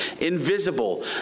invisible